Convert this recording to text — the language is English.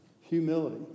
humility